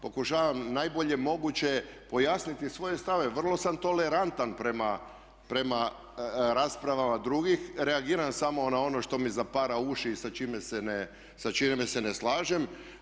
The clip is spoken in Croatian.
Pokušavam najbolje moguće pojasniti svoje stavove, vrlo sam tolerantan prema raspravama drugih, reagiram samo na ono što mi zapara uši i sa čime se ne slažem.